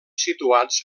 situats